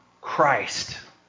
Christ